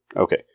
Okay